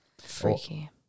Freaky